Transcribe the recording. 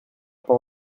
pas